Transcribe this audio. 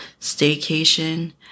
staycation